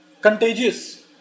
contagious